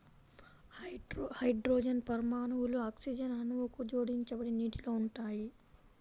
hydrogen పరమాణువులు oxygen అణువుకు జోడించబడి నీటిలో ఉంటాయి